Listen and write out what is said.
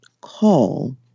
call